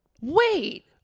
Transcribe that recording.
wait